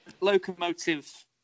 locomotive